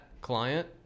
client